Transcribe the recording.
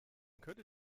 könnte